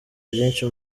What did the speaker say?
byinshi